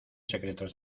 secretos